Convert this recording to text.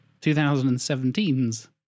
2017's